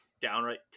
downright